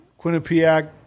Quinnipiac